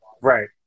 Right